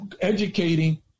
educating